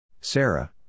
Sarah